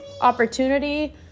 opportunity